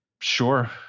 sure